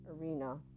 arena